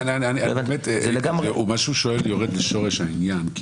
מה שהוא שואל יורד לשורש העניין,